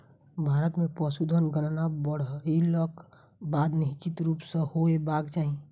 भारत मे पशुधन गणना बाइढ़क बाद निश्चित रूप सॅ होयबाक चाही